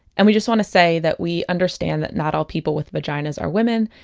and we just wanna say that we understand that not all people with vaginas are women,